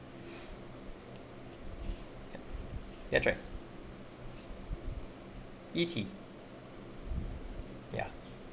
yup that's right E_T ya